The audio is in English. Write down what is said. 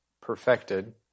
perfected